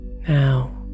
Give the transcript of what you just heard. Now